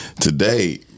today